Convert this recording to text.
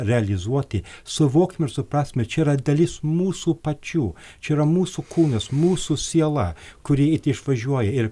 realizuoti suvokim ir supraskim ir čia yra dalis mūsų pačių čia yra mūsų kūnas mūsų siela kuri išvažiuoja ir